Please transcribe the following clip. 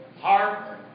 Hard